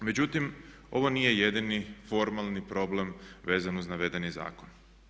Međutim, ovo nije jedini formalni problem vezan uz navedeni zakon.